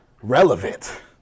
relevant